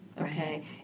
Okay